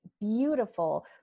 beautiful